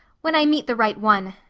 when i meet the right one,